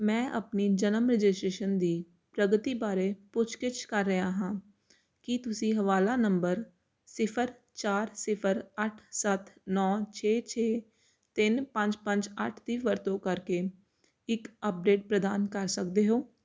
ਮੈਂ ਆਪਣੀ ਜਨਮ ਰਜਿਸਟ੍ਰੇਸ਼ਨ ਦੀ ਪ੍ਰਗਤੀ ਬਾਰੇ ਪੁੱਛਗਿੱਛ ਕਰ ਰਿਹਾ ਹਾਂ ਕੀ ਤੁਸੀਂ ਹਵਾਲਾ ਨੰਬਰ ਸਿਫਰ ਚਾਰ ਸਿਫਰ ਅੱਠ ਸੱਤ ਨੌ ਛੇ ਛੇ ਤਿੰਨ ਪੰਜ ਪੰਜ ਅੱਠ ਦੀ ਵਰਤੋਂ ਕਰਕੇ ਇੱਕ ਅੱਪਡੇਟ ਪ੍ਰਦਾਨ ਕਰ ਸਕਦੇ ਹੋ